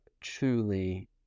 truly